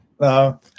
no